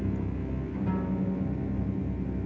the